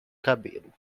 cabelo